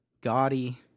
gaudy